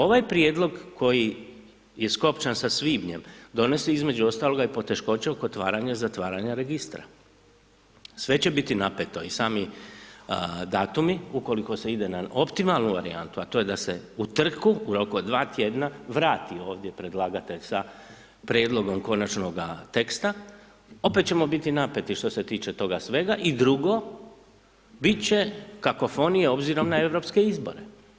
Ovaj prijedlog koji je skopčan sa svibnjem, donosi između ostaloga i poteškoće oko otvaranja i zatvaranja registra, sve će biti napeto i sami datumi, ukoliko se ide na optimalnu varijantu, a to je da se u trku, u roku od 2 tjedna, vrati ovdje predlagatelj sa prijedlogom konačnoga teksta, opet ćemo biti napeti što se tiče toga svega i drugo, bit će kakofonija obzirom na europske izbore.